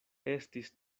estis